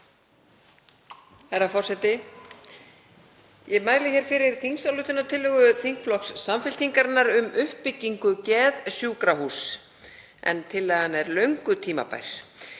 Herra forseti. Ég mæli hér fyrir þingsályktunartillögu þingflokks Samfylkingarinnar um uppbyggingu geðsjúkrahúss, en hún er löngu tímabær.